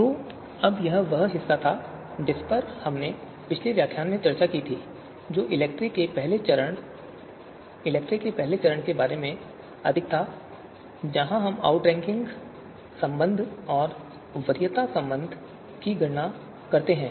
तो अब यह वह हिस्सा था जिस पर हमने पिछले व्याख्यान में चर्चा की थी जो कि इलेक्ट्री के पहले चरण इलेक्ट्री के पहले चरण के बारे में अधिक था जहाँ हम आउटरैंकिंग संबंध और वरीयता संबंध की गणना करते हैं